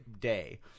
day